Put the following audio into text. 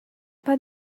but